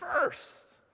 first